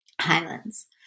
highlands